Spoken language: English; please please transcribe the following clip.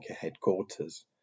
headquarters